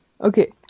okay